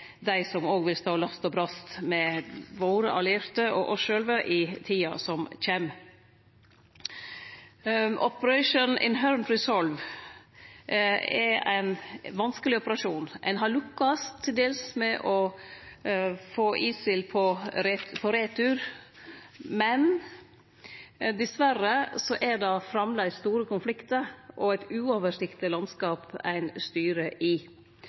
dei me trenar, er dei som òg vil stå last og brast med våre allierte og oss sjølve i tida som kjem. Operation Inherent Resolve er ein vanskeleg operasjon. Ein har til dels lukkast med å få ISIL på retur, men dessverre er det framleis store konfliktar og eit uoversiktleg landskap ein styrer i.